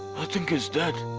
i think he's dead.